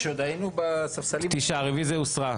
הרביזיה הוסרה.